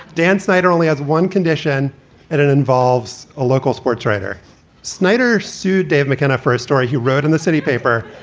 dan snyder only has one condition and it involves a local sports. snyder snyder sued dave mckenna for a story he wrote in the city paper.